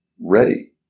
ready